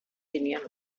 tenían